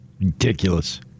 Ridiculous